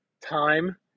time